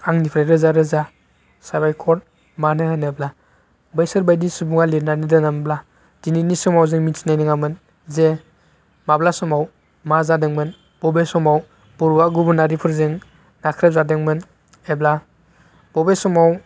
आंनिफ्राय रोजा रोजा साबायखर मानो होनोब्ला बैसोर बायदि सुबुङा लिरनानै दोनामोनब्ला दिनैनि समाव जों मिथिनाय नङामोन जे माब्ला समाव मा जादोंमोन बबे समाव बर'आ गुबुनारिफोरजों नाख्रेबजादोंमोन एबा बबे समाव